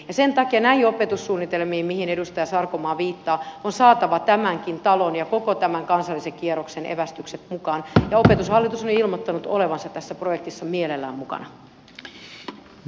sen takia näihin opetussuunnitelmiin mihin edustaja sarkomaa viittaa on saatava tämänkin talon ja koko tämän kansallisen kierroksen evästykset mukaan ja opetushallitus on ilmoittanut olevansa tässä projektissa mielellään mukana